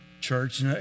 church